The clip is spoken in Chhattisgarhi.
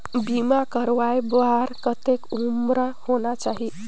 बीमा करवाय बार कतेक उम्र होना चाही?